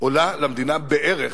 עולה למדינה בערך,